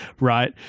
right